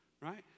right